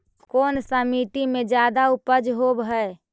कोन सा मिट्टी मे ज्यादा उपज होबहय?